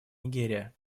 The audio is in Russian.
нигерия